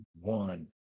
one